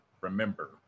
remember